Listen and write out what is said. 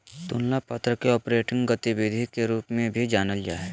तुलना पत्र के ऑपरेटिंग गतिविधि के रूप में भी जानल जा हइ